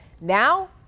now